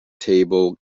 table